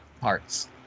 parts